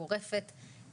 גורפת,